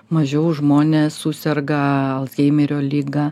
mažiau žmonės suserga alzheimerio liga